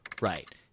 right